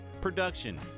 production